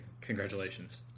Congratulations